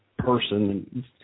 person